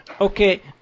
Okay